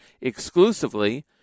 exclusively